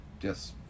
Yes